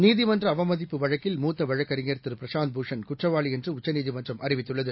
நீதிமன்றஅவமதிப்பு வழக்கில் முத்தவழக்கறிஞர் பிரசாந்த் திரு பூஷன் குற்றவாளிஎன்றுஉச்சநீதிமன்றம் அறிவித்துள்ளது